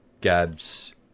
Gabs